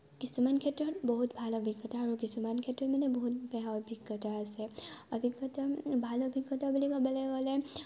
কিছুমান ক্ষেত্ৰত বহুত ভাল অভিজ্ঞতা আৰু কিছুমান ক্ষেত্ৰত মানে বহুত বেয়া অভিজ্ঞতা আছে অভিজ্ঞতা ভাল অভিজ্ঞতা বুলি ক'বলৈ গ'লে